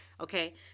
okay